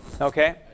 Okay